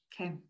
Okay